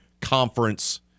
conference